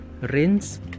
Rinse